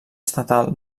estatal